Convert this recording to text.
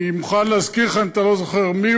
אני מוכן להזכיר לך אם אתה לא זוכר מיהו,